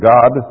God